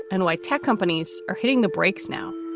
and why tech companies are hitting the brakes now.